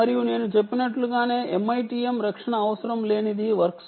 మరియు నేను చెప్పినట్లుగానే MITM రక్షణ అవసరం లేనిది వర్క్స్